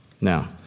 Now